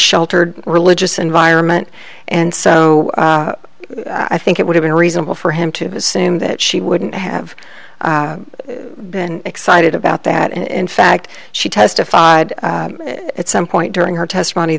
sheltered religious environment and so i think it would have been reasonable for him to assume that she wouldn't have been excited about that in fact she testified at some point during her testimony